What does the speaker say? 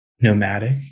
nomadic